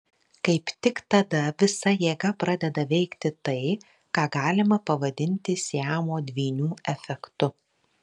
kaip tik tada visa jėga pradeda veikti tai ką galima pavadinti siamo dvynių efektu